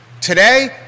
Today